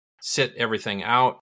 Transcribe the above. sit-everything-out